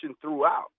throughout